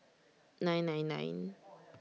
nine nine nine